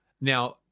Now